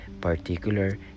particular